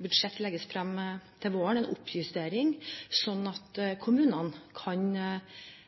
budsjett legges frem til våren, at det blir en oppjustering, sånn at kommunene kan